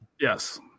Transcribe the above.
Yes